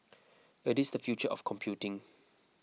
it is the future of computing